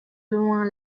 loin